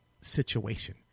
situation